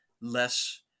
less